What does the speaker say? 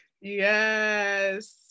yes